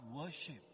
worship